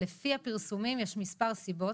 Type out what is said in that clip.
לפי הפרסומים, יש כמה סיבות,